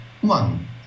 One